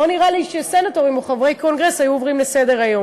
לא נראה לי שסנטורים או חברי קונגרס היו עוברים לסדר-היום.